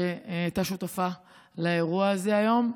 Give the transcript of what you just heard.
שהייתה שותפה לאירוע הזה היום.